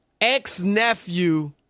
ex-nephew